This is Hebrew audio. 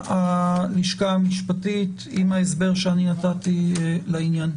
הלשכה המשפטית עם ההסבר שאני נתתי לעניין.